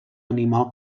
animal